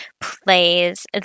plays